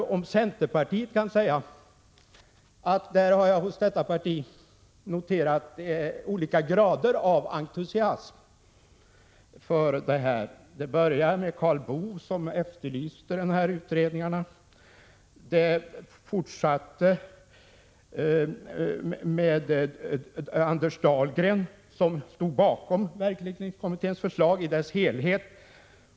1986/87:122 att jag hos det partiet har noterat olika grader av entusiasm i detta 13 maj 1987 sammanhang. Det började med Karl Boo, som efterlyste utredningar. Det fortsatte med Anders Dahlgren, som stod bakom verksledningskommitténs förslag i dess helhet.